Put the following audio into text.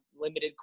limited